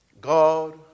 God